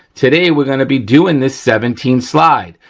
today, we're gonna be doing this seventeen slide.